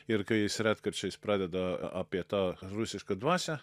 ir kai jis retkarčiais pradeda apie tą rusišką dvasią